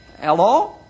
Hello